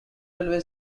railway